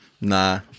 Nah